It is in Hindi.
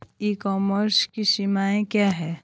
ई कॉमर्स की सीमाएं क्या हैं?